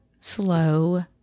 slow